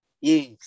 Yes